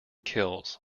kills